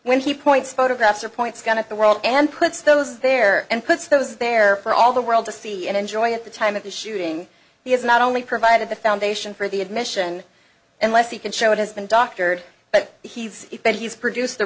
when he points photographs or points a gun at the world and puts those there and puts those there for all the world to see and enjoy at the time of the shooting he has not only provided the foundation for the admission unless he can show it has been doctored but he's but he's produced the